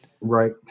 right